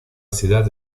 ciudad